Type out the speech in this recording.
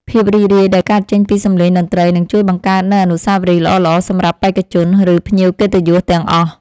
ភាពរីករាយដែលកើតចេញពីសម្លេងតន្ត្រីនឹងជួយបង្កើតនូវអនុស្សាវរីយ៍ល្អៗសម្រាប់បេក្ខជន ឬ ភ្ញៀវកិត្តិយសទាំងអស់។